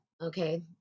okay